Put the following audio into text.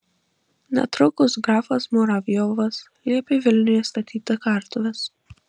netrukus grafas muravjovas liepė vilniuje statyti kartuves